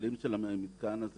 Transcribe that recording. הנהלים של המתקן הזה